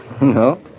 no